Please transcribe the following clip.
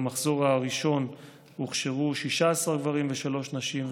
במחזור הראשון הוכשרו 16 גברים ושלוש נשים,